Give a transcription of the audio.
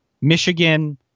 Michigan